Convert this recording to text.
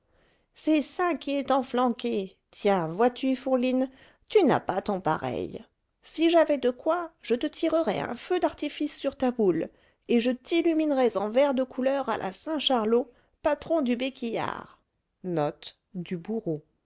c'est ça qui est enflanqué tiens vois-tu fourline tu n'as pas ton pareil si j'avais de quoi je te tirerais un feu d'artifice sur ta boule et je t'illuminerais en verres de couleur à la